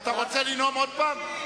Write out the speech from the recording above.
אתה רוצה לנאום עוד פעם?